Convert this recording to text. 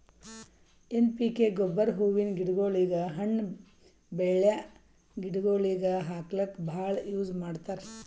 N P K ಗೊಬ್ಬರ್ ಹೂವಿನ್ ಗಿಡಗೋಳಿಗ್, ಹಣ್ಣ್ ಬೆಳ್ಯಾ ಗಿಡಗೋಳಿಗ್ ಹಾಕ್ಲಕ್ಕ್ ಭಾಳ್ ಯೂಸ್ ಮಾಡ್ತರ್